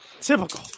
Typical